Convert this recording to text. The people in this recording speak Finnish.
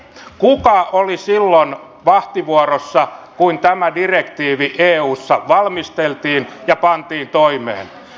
kuka oli silloin vahtivuorossa kun tämä direktiivi eussa valmisteltiin ja pantiin toimeen